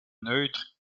neutres